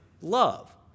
love